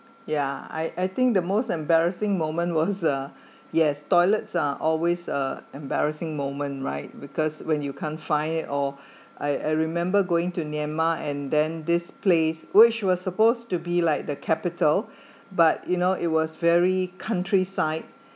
ya I I think the most embarrassing moment was uh yes toilets are always uh embarrassing moment right because when you can't find it or I I remember going to myanmar and then this place which was supposed to be like the capital but you know it was very countryside